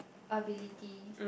ability